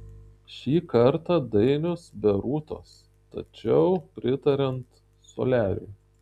šį kartą dainius be rūtos tačiau pritariant soliariui